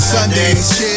Sundays